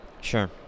sure